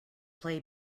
play